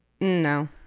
No